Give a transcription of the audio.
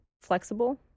flexible